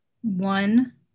One